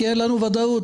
כי אין לנו ודאות.